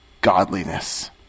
godliness